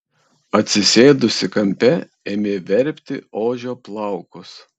atsisėdusi kampe ėmė verpti ožio plaukus